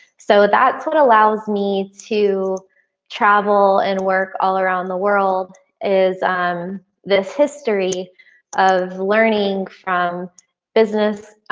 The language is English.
so that's what allows me to travel and work all around the world is this history of learning from business,